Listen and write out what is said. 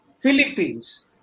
Philippines